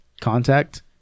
contact